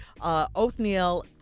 Othniel